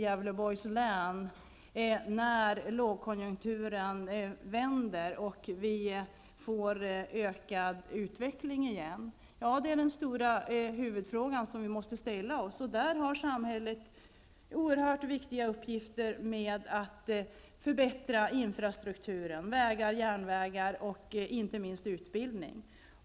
Gävleborgs län när lågkonjunkturen vänder och vi får en positiv utveckling igen? Det är den stora huvudfrågan som vi måste ställa oss. Här har samhället oerhört viktiga uppgifter när det gäller att förbättra infrastrukturen -- vägar, järnvägar och inte minst utbildning.